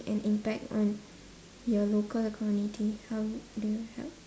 an impact on your local community how do you help